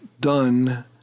done